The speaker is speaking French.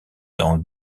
dans